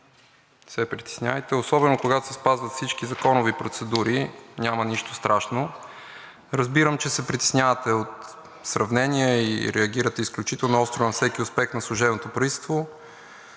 се притеснявайте, особено когато се спазват всички законови процедури, няма нищо страшно. Разбирам, че се притеснявате от сравнения и реагирате изключително остро на всеки успех на служебното правителство,